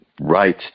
Right